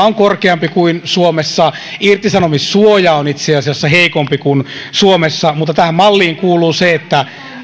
on korkeampi kuin suomessa irtisanomissuoja on itse asiassa heikompi kuin suomessa mutta tähän malliin kuuluu se että